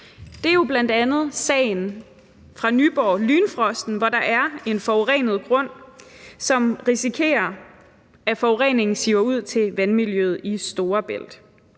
Det er jo bl.a. sagen fra Nyborg med Lynfrosten, hvor der er en forurenet grund, hvor vi risikerer, at forureningen siver ud til vandmiljøet i Storebælt,